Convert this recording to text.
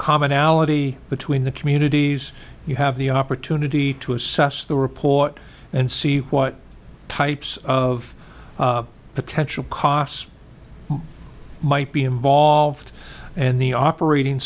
commonality between the communities you have the opportunity to assess the report and see what types of potential costs might be involved and the operating